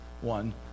One